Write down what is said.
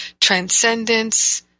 transcendence